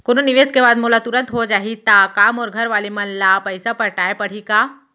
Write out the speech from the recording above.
कोनो निवेश के बाद मोला तुरंत हो जाही ता का मोर घरवाले मन ला पइसा पटाय पड़ही का?